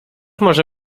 może